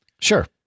Sure